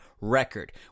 record